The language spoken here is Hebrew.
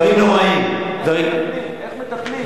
איך מטפלים?